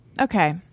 Okay